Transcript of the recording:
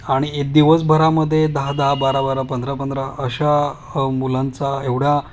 आणि दिवसभरामधे दहा दहा बारा बारा पंधरा पंधरा अशा मुलांचा एवढा